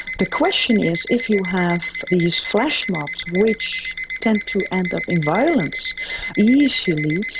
the question is, if you have these flash mobs, which tend to end up in violence easily,